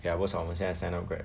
ya worst 我们现在 sign up Grab